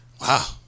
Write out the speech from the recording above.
Wow